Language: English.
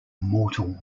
mortal